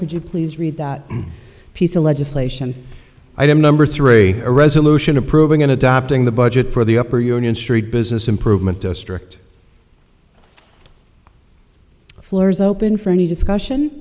would you please read that piece of legislation item number three a resolution approving in adopting the budget for the upper union street business improvement district floors open for any discussion